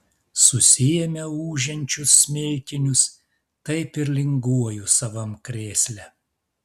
susiėmiau ūžiančius smilkinius taip ir linguoju savam krėsle